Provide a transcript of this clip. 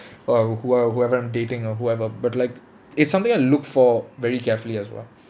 uh whoe~ whoever I'm dating or whoever but like it's something I look for very carefully as well